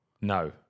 No